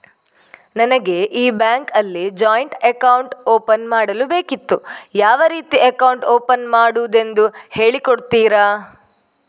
ನನಗೆ ಈ ಬ್ಯಾಂಕ್ ಅಲ್ಲಿ ಜಾಯಿಂಟ್ ಅಕೌಂಟ್ ಓಪನ್ ಮಾಡಲು ಬೇಕಿತ್ತು, ಯಾವ ರೀತಿ ಅಕೌಂಟ್ ಓಪನ್ ಮಾಡುದೆಂದು ಹೇಳಿ ಕೊಡುತ್ತೀರಾ?